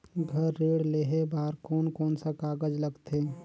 घर ऋण लेहे बार कोन कोन सा कागज लगथे?